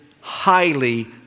highly